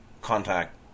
contact